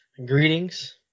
Greetings